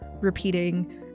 repeating